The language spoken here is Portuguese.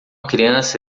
criança